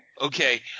Okay